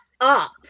up